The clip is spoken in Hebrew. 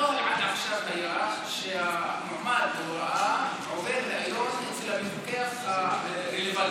הנוהל עד עכשיו היה שהמועמד להוראה עובר ריאיון אצל המפקח הרלוונטי.